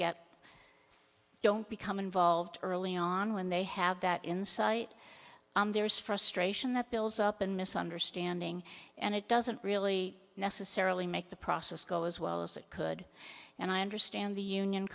get don't become involved early on when they have that insight there is frustration that builds up in misunderstanding and it doesn't really necessarily make the process go as well as it could and i understand the union